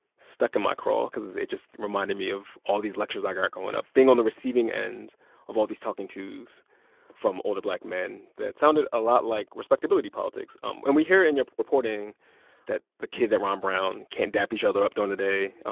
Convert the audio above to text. stuck in my craw because it just reminded me of all these lectures i got growing up, being on the receiving end of all of these talking-tos from older black men that sounded a lot like respectability politics um and we hear in your reporting that the kids at ron brown can't dap each other up during the day.